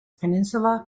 peninsula